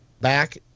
back